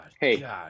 Hey